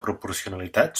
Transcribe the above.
proporcionalitat